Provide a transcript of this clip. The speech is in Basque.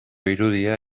irudia